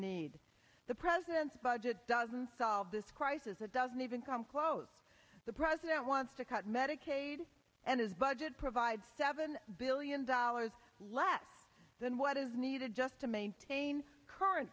need the president's budget doesn't solve this crisis it doesn't even come close the president wants to cut medicaid and his budget provides seven billion dollars less than what is needed just to maintain current